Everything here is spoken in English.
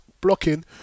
blocking